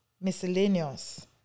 miscellaneous